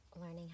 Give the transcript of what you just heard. learning